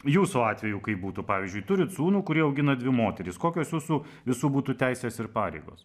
jūsų atveju kaip būtų pavyzdžiui turit sūnų kurį augina dvi moterys kokios jūsų visų būtų teisės ir pareigos